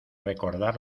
recordar